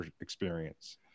experience